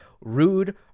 Rude